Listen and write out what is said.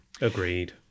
agreed